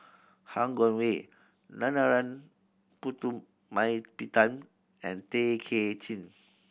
Han Guangwei Narana Putumaippittan and Tay Kay Chin